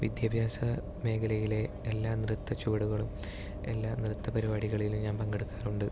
വിദ്യാഭ്യാസ മേഖലയിലെ എല്ലാ നൃത്ത ചുവടുകളും എല്ലാ നൃത്ത പരിപാടികളിലും ഞാൻ പങ്കെടുക്കാറുണ്ട്